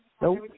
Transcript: Nope